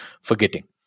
forgetting